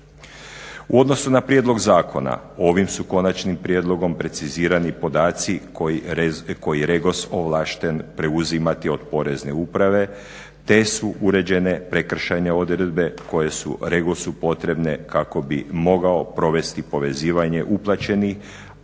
U odnosu na prijedlog zakona ovim su konačnim prijedlogom precizirani podaci koji je REGOS ovlašten preuzimati od Porezne uprave te su uređene prekršajne odredbe koje su REGOS-u potrebne kako bi mogao provesti povezivanje uplaćenih,